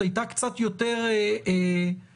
הייתה קצת יותר משחררת.